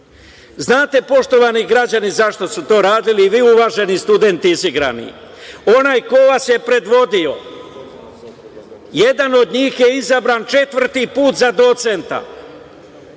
poštovani građani, zašto su to radili, i vi uvaženi studenti, izigrani? Onaj ko vas je predvodio, jedan od njih je izabran četvrti put za docenta,